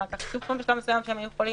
אחר כך שוב פעם בשלב מסוים שהם היו חולים.